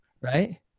right